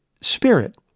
spirit